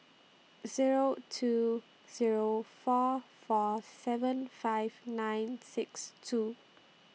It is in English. Zero two Zero four four seven five nine six two